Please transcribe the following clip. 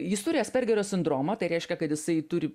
jis turi aspergerio sindromą tai reiškia kad jisai turi